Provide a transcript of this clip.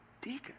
deacon